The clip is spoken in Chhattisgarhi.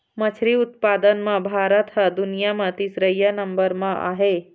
मछरी उत्पादन म भारत ह दुनिया म तीसरइया नंबर म आहे